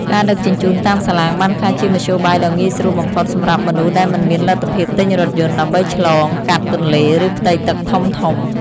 ការដឹកជញ្ជូនតាមសាឡាងបានក្លាយជាមធ្យោបាយដ៏ងាយស្រួលបំផុតសម្រាប់មនុស្សដែលមិនមានលទ្ធភាពទិញរថយន្តដើម្បីឆ្លងកាត់ទន្លេឬផ្ទៃទឹកធំៗ។